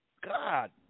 God